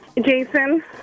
jason